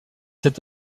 cet